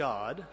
God